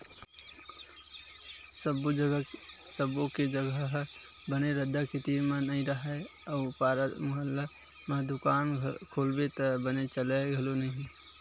सब्बो के जघा ह बने रद्दा के तीर म नइ राहय अउ पारा मुहल्ला म दुकान खोलबे त बने चलय घलो नहि